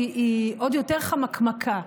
היא עוד יותר חמקמקה,